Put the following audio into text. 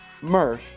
Mersh